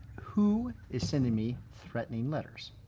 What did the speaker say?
who is sending me threatening letters?